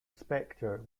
specter